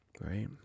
right